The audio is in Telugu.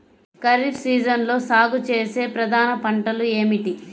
ఖరీఫ్ సీజన్లో సాగుచేసే ప్రధాన పంటలు ఏమిటీ?